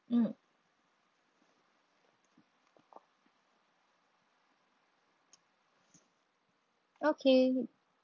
mm okay